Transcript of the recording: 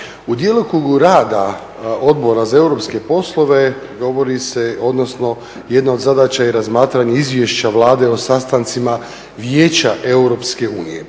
u djelokrugu rada Odbora za europske poslove govori se odnosno jedno od zadaća je razmatranja izvješća Vlade o sastancima Vijeća EU.